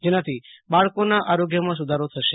જેનાથી બાળકોના આરોગ્યમાં સૂધારો થશે